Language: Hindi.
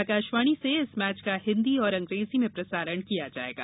आकाशवाणी से इस मैच का हिंदी और अंग्रेजी में प्रसारण किया जाएगा